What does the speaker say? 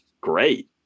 great